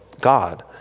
God